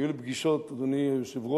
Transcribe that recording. היו לי פגישות, אדוני היושב-ראש,